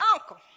uncle